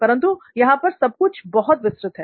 परंतु यहां पर सबकुछ बहुत विस्तृत है